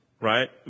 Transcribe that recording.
right